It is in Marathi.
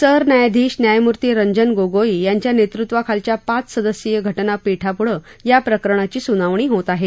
सरन्यायाधीश न्यायमूर्ती रंजन गोगोई यांच्या नेतृत्वाखालच्या पाच सदस्यीय घटना पीठापुढं या प्रकरणाची सुनावणी होत आहे